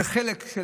וחלק,